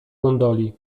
gondoli